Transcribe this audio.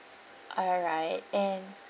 alright and